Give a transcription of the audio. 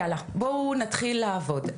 יאללה, בואו נתחיל לעבוד.